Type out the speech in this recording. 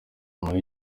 muri